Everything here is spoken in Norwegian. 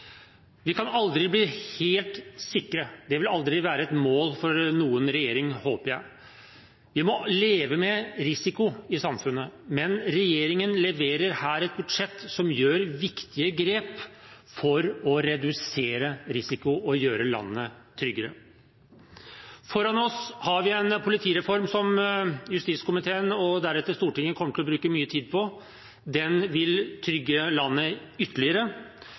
Vi kan aldri bli helt sikre. Det vil aldri være et mål for noen regjering, håper jeg. Vi må leve med risiko i samfunnet, men regjeringen leverer her et budsjett som tar viktige grep for å redusere risiko og gjøre landet tryggere. Foran oss har vi en politireform som justiskomiteen og deretter Stortinget kommer til å bruke mye tid på. Den vil trygge landet ytterligere.